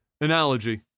analogy